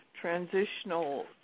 Transitional